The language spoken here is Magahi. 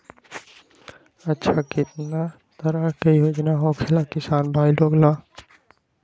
अच्छा कितना तरह के योजना होखेला किसान भाई लोग ला?